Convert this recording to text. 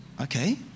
Okay